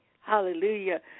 Hallelujah